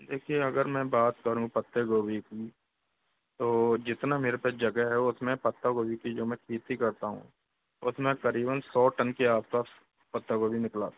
देखिये अगर मैं बात करूँ पत्ते गोभी की तो जितना मेरे पे जगह है उसमें पत्ता गोभी की मैं खेती करता हूँ उसमे करीबन सौ टन के आसपास पत्ता गोभी निकला आती है